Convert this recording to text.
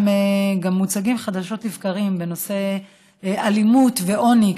הם מוצגים חדשות לבקרים גם בנושא אלימות ועוני,